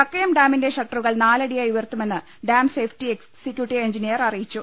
കക്കയം ഡാമിന്റെ ഷട്ടറുകൾ നാലടിയായി ഉയർത്തുമെന്ന് ഡാം സേഫ്റ്റി എക്സിക്യുട്ടീവ് എഞ്ചിനീയർ അറിയിച്ചു